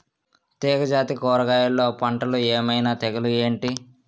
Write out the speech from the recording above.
తీగ జాతి కూరగయల్లో పంటలు ఏమైన తెగులు ఏంటి?